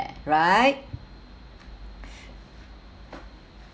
right